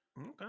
Okay